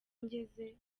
ngeze